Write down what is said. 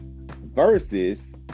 versus